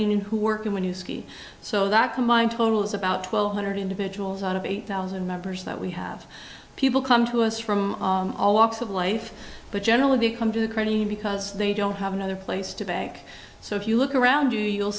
union who work in when you ski so that combined total is about twelve hundred individuals out of eight thousand members that we have people come to us from all walks of life but generally they come to the caribbean because they don't have another place to bank so if you look around you you'll